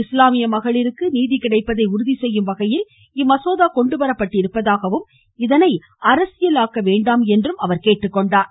இஸ்லாமிய மகளிருக்கு நீதி கிடைப்பதை உறுதி செய்யும் வகையில் இம்மசோதா கொண்டுவரப்பட்டிருப்பதாகவும் இதனை அரசியலாக்க வேண்டாம் என்றும் அவர் குறிப்பிட்டார்